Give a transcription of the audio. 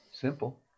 Simple